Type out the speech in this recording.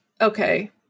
okay